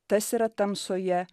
tas yra tamsoje